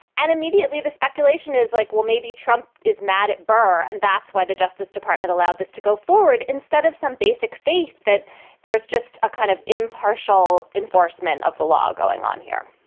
and immediately, the speculation is like, well, maybe trump is mad at burr and that's why the justice department allowed this to go forward instead of some basic faith that there is just a kind of impartial enforcement of the law going on here